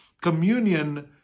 Communion